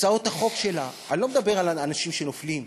הצעות החוק שלה, אני לא מדבר על אנשים שנופלים,